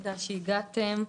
תודה שהגעתם.